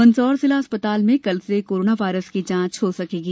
मंदसौर जिला चिकित्सालय में कल से कोरोना वायरस की जांच हो सकेगी